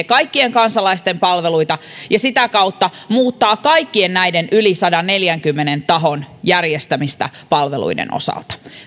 kaikkien kansalaisten palveluita ja sitä kautta muuttaa kaikkien näiden yli sadanneljänkymmenen tahon järjestämistä palveluiden osalta